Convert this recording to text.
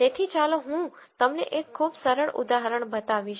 તેથી ચાલો હું તમને એક ખૂબ સરળ ઉદાહરણ બતાવીશ